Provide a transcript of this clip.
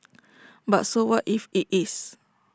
but so what if IT is